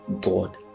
God